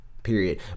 period